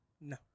No